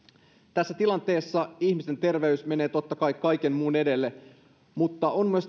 tässä tilanteessa ihmisten terveys menee totta kai kaiken muun edelle mutta on tärkeää myös